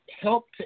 helped